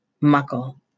Muckle